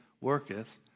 Worketh